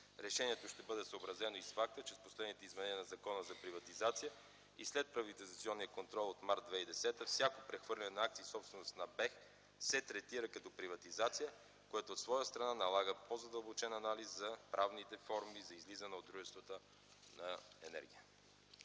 Решението ще бъде съобразено и с факта, че с последните изменения на Закона за приватизация и следприватизационен контрол от м. март 2010 г., всяко прехвърляне на акции, собственост на Българския енергиен холдинг, се третира като приватизация, което от своя страна налага по-задълбочен анализ за правните форми за излизане на дружествата от „Енергия”.